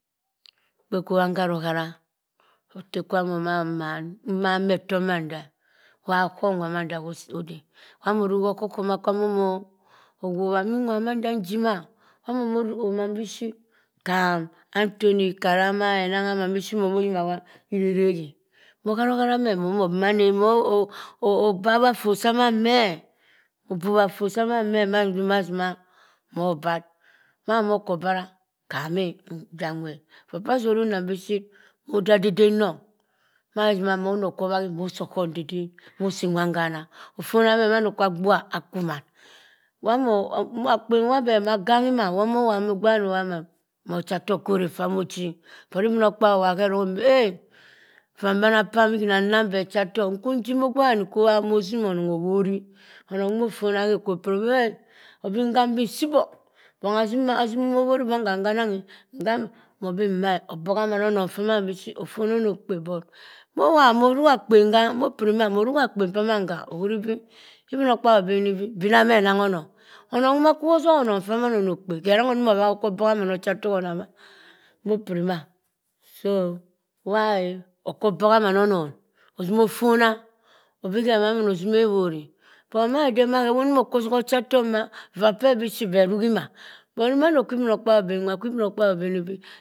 Ogbe kwu iwa nharo ohara, atte kwam o mann mann. mman mah etomma nda e. wah aghom nwa mand ade e. Waa mo ruhi kho oghoghoma kiwa mono wo bhah. ingha nnanda nyima. waa mono wobha bishit. kham anthong. kharama mann bishhip momo yima ha irek rek e. moh harohara meh but momo manage moh obabha fot samann meh e. obubha fot saman meh ma si ma mobarr. Madi mokobara. ham e ntan werrt. vaa pa atorim nnam biship ode adide nnong ma si si ma mono okwo bhahi mosi oghom kwiden. Mosii mgwan hanaah. offonah meh mando kwa agbuha akwu ma. wa mo, akpen wah beh maa ganghi mann wah mo wobha meh ogbe wan moh wobha nwchatok khore ffa moh ochi. but ibinokpabi owobha herong obi eh, vaa mbana pam ih ihima nnang beh ochatok. Nkwu njima ogbe wani kwu iwa moh tima onong owori. anong nwoh ofona khe okwo pini ohi e, nham bii nsii bong. Bongha zimim owori bong ham hananghi. Daa mo benbi mma e, aboha mann onon famann bishit otogha onokpe. But mowobha moh oruhi akpen kha mopiri maa moruhi akpen p'aman gha. ohuri bii ibinokpabi obeni bii bina ghe anangho onong. onong nwoma kwo osoha onon. famman odokpeh, herang inimo bhahi okwo boha mann ochatok onah ma? Mopurima so waa e okwo boha mann onon ozima offona, obi mamann ozimeh owori. but madi den mah khe wo anima okwo soha ochatok mah. vaa peh bishit beh ruhi ma. but mando kwa ibinokpabi, nwerr kwu ibinokpabi obenibii